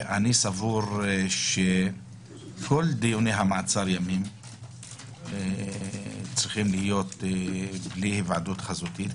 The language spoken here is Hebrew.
אני סבור שכל דיוני המעצר ימים צריכים להיות בלי היוועדות חזותית.